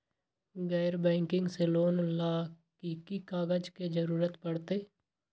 गैर बैंकिंग से लोन ला की की कागज के जरूरत पड़तै?